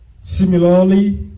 similarly